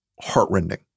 heartrending